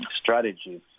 strategies